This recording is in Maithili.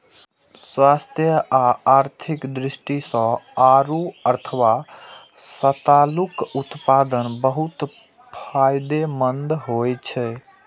स्वास्थ्य आ आर्थिक दृष्टि सं आड़ू अथवा सतालूक उत्पादन बहुत फायदेमंद होइ छै